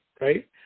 right